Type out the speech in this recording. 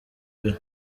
bihe